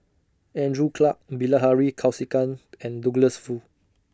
Andrew Clarke Bilahari Kausikan and Douglas Foo